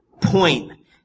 point